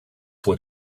what